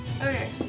Okay